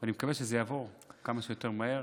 ואני מקווה שזה יעבור כמה שיותר מהר